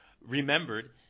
remembered